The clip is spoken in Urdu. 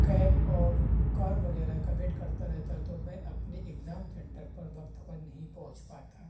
کیب اور کار وغیرہ کا ویٹ کرتا رہتا تو میں اپنے اگزام سنٹر پر وقت پر نہیں پہنچ پاتا